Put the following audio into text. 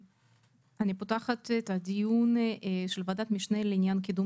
אני פותחת את הדיון של ועדת המשנה לעניין קידום